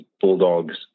Bulldog's